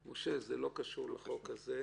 משה, זה לא קשור לחוק הזה.